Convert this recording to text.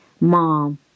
Mom